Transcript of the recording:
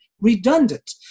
redundant